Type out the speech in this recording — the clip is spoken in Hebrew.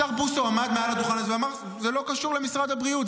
השר בוסו עמד מעל הדוכן הזה ואמר: זה לא קשור למשרד הבריאות,